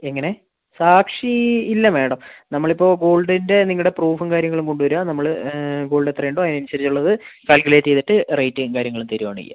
എങ്ങനെ സാക്ഷി ഇല്ല മേഡം നമ്മൾ ഇപ്പോൾ ഗോൾഡിൻ്റെ നിങ്ങളുടെ പ്രൂഫും കാര്യങ്ങളും കൊണ്ട് വരുക നമ്മൾ ഗോൾഡ് എത്ര ഉണ്ടോ അതിനു അനുസരിച്ച് ഉള്ളത് കാൽക്കുലേറ്റ് ചെയ്തിട്ട് റേറ്റും കാര്യങ്ങളും തരുകയാണ് ചെയ്യുക